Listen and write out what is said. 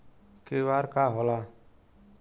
QR का होला?